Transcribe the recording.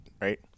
right